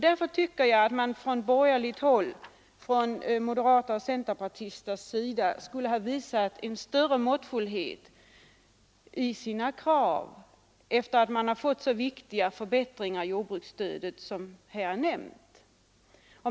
Därför tycker jag att man från borgerligt håll — moderater och centerpartister — borde ha visat större måttfullhet i sina krav, sedan man fått så viktiga förbättringar av jordbruksstödet som här nämnts.